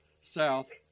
south